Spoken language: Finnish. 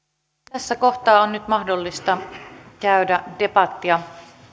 tässä kohtaa on nyt mahdollista käydä debattia